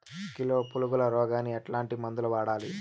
Kilo పులుగుల రోగానికి ఎట్లాంటి మందులు వాడాలి?